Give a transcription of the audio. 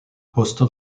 postal